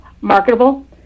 marketable